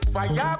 Fire